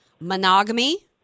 monogamy